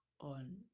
on